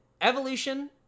Evolution